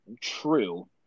true